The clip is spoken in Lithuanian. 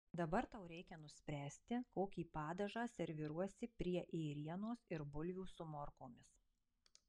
dabar tau reikia nuspręsti kokį padažą serviruosi prie ėrienos ir bulvių su morkomis